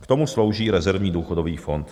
K tomu slouží rezervní důchodový fond.